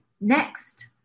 next